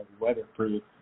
weatherproof